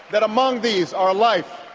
that among these are life,